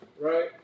right